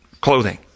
clothing